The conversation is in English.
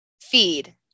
feed